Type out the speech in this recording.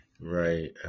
Right